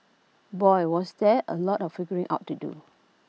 boy was there A lot of figuring out to do